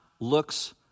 looks